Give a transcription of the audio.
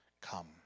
come